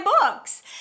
books